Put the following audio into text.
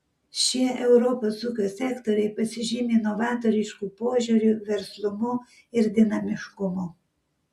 šie europos ūkio sektoriai pasižymi novatorišku požiūriu verslumu ir dinamiškumu